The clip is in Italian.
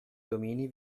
domini